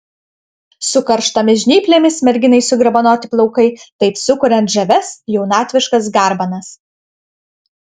su karštomis žnyplėmis merginai sugarbanoti plaukai taip sukuriant žavias jaunatviškas garbanas